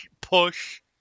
push